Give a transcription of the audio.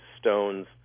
stones